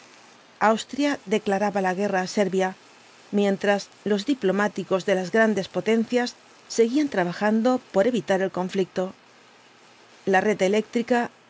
austria declaraba la guerra á servia mientras los diplomáticos de las grandes potencias seguían trabajando por evitar el conflicto la red eléctrica